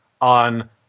on